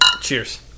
Cheers